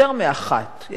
יותר מאחת,